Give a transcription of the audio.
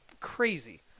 crazy